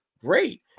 great